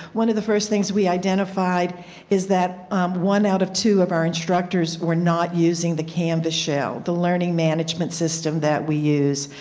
one of the first things we identified is that one out of two of our instructors were not using the canvas shell, the learning management system that we use.